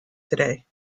today